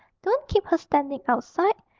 don't keep her standing outside.